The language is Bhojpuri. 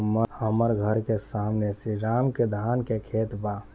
हमर घर के सामने में श्री राम के धान के खेत बा